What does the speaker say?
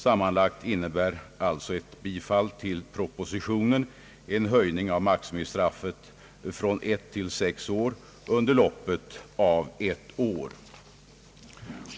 Sammanlagt innebär alltså ett bifall till propositionen en höjning av maximistraffet från ett till sex år under loppet av ett år.